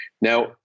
Now